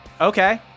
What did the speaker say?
Okay